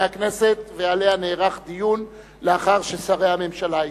הכנסת ונערך בהן דיון לאחר ששרי הממשלה השיבו.